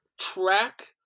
track